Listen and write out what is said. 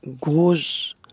goes